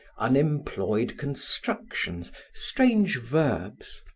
unemployed constructions, strange verbs,